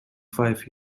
five